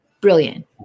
brilliant